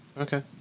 Okay